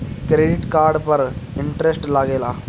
Credit card पर interest लागेला?